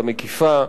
המקיפה,